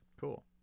Cool